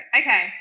Okay